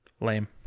Lame